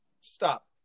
Stop